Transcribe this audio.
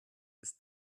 bis